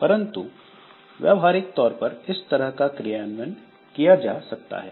परंतु व्यावहारिक तौर पर इस तरह का क्रियान्वयन किया जा सकता है